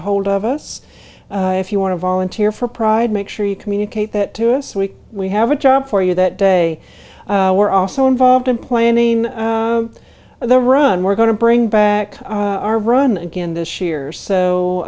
a hold of us if you want to volunteer for pride make sure you communicate that to us we we have a job for you that day we're also involved in planning the run we're going to bring back our run again this year